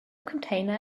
container